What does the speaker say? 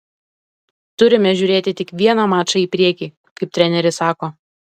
turime žiūrėti tik vieną mačą į priekį kaip treneris sako